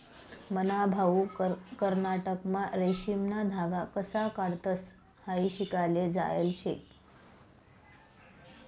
मन्हा भाऊ कर्नाटकमा रेशीमना धागा कशा काढतंस हायी शिकाले जायेल शे